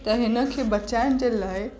त हिनखे बचाइण जे लाइ